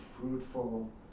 fruitful